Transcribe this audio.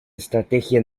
estrategia